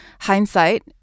hindsight